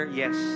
yes